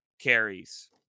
carries